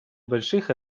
больших